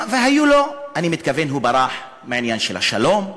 אני מתכוון שהוא ברח מהעניין של השלום,